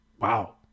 Wow